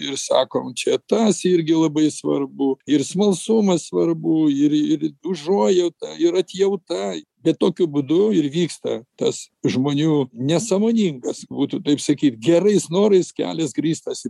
ir sakome čia tas irgi labai svarbu ir smalsumas svarbu ir ir užuojauta ir atjauta bet tokiu būdu ir vyksta tas žmonių nesąmoningas būtų taip sakyt gerais norais kelias grįstas į